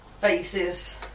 faces